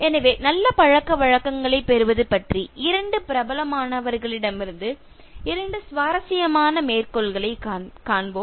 எனவே நல்ல பழக்கவழக்கங்களைப் பெறுவது பற்றி இரண்டு பிரபலமானவர்களிடமிருந்து இரண்டு சுவாரஸ்யமான மேற்கோள்களைப் பார்ப்போம்